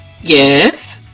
Yes